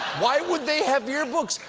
why would they have yearbooks?